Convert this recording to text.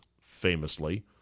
famously